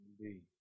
Indeed